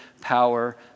power